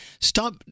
stop